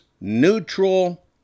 neutral